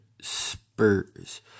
Spurs